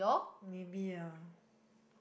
maybe ah